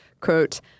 Quote